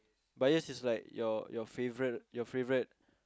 bias is like your your favourite your favourite